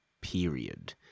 period